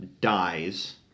dies